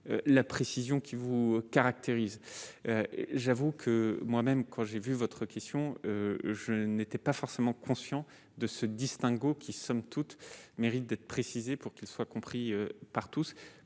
la précision qui vous caractérise, j'avoue que moi-même quand j'ai vu votre question, je n'étais pas forcément conscients de ce distinguo qui, somme toute, mérite d'être précisé pour qu'il soit compris par tous,